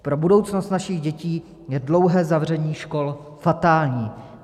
Pro budoucnost našich dětí je dlouhé zavření škol fatální.